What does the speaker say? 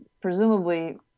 presumably